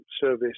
service